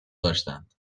داشتند